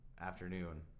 afternoon